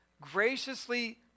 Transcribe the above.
graciously